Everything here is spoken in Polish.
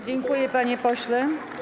Dziękuję, panie pośle.